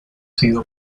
sido